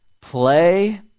play